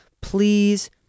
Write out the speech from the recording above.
please